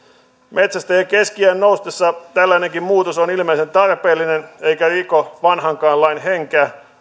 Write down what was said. metsästäjien keski iän noustessa tällainenkin muutos on ilmeisen tarpeellinen eikä riko vanhankaan lain henkeä